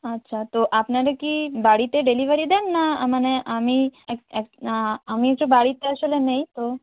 আচ্ছা তো আপনারা কি বাড়িতে ডেলিভারি দেন না মানে আমি অ্যাক অ্যাক আমি তো বাড়িতে আসলে নেই তো